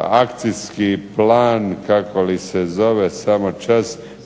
akcijski plan kako li se zove, samo čas,